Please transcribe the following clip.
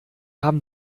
haben